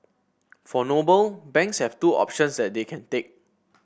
for Noble banks have two options that they can take